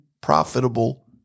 profitable